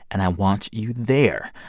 and i want you there.